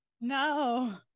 no